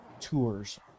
Tours